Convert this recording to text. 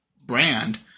brand